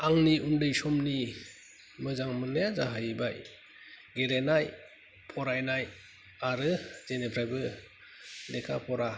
आंनि उन्दै समनि मोजां मोननाया जाहैबाय गेलेनाय फरायनाय आरो जेनिफ्रायबो लेखा फरा